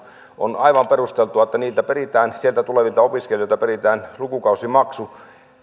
on aivan perusteltua että niitä peritään sieltä tulevilta opiskelijoilta peritään lukukausimaksu